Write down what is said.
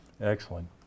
Excellent